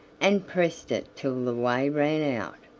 and pressed it till the whey ran out.